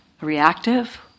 reactive